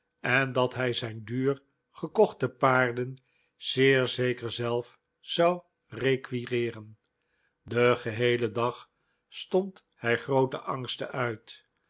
en dat hij zijn duur gekochte paarden zeer zeker zelf zou requireeren den geheelen dag stond hij groote angsten uit